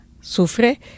sufre